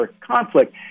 conflict